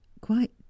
Quite